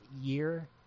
year